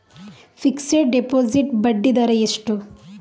Fixed deposit ಬಡ್ಡಿ ದರ ಎಷ್ಟು?